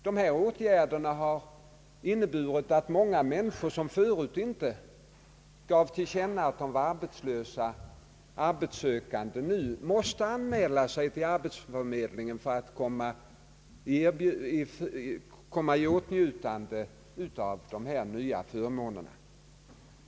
Dessa åtgärder har inneburit att många människor som tidigare inte anmälde sig som arbetslösa nu måste anmäla sig till arbetsförmedlingen för att komma i åtnjutande av dessa nya förmåner.